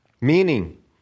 meaning